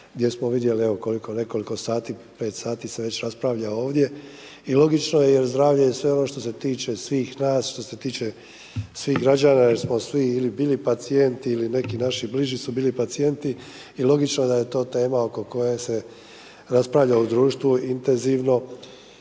gdje smo vidjeli evo u nekoliko sati, pet sati se već raspravlja ovdje. I logično je jer zdravlje je sve ono što se tiče svih nas, što se tiče svih građana jer smo svi bili pacijenti ili neki naši bliži su bili pacijenti i logično je da je to tema oko koje se raspravlja u društvu intenzivno